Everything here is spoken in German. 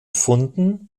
funden